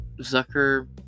Zucker